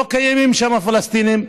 לא קיימים שם פלסטינים,